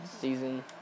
season